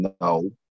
No